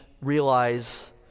realize